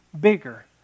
bigger